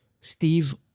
Steve